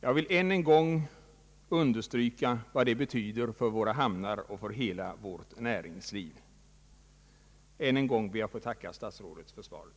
Jag vill än en gång understryka vad det betyder för våra hamnar och för hela vårt näringsliv. Än en gång ber jag att få tacka statsrådet för svaret.